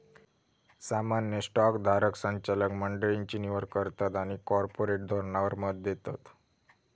सामान्य स्टॉक धारक संचालक मंडळची निवड करतत आणि कॉर्पोरेट धोरणावर मत देतत